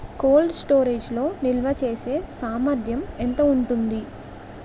Cold storage లో నిల్వచేసేసామర్థ్యం ఎంత ఉంటుంది?